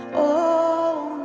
o